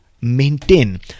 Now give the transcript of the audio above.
maintain